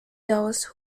those